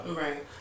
Right